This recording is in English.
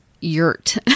yurt